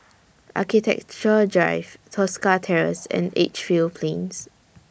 Architecture Drive Tosca Terrace and Edgefield Plains